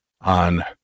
on